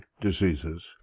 diseases